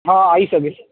હા આવી શકીશ